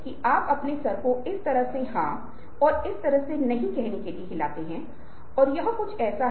इसलिए मैं जो करने की कोशिश कर रहा हूं वह आपको मनाने के लिए है कि आप को राजी किया जा सकता है